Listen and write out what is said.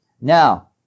now